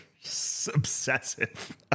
Obsessive